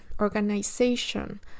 organization